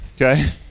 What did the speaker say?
okay